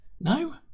No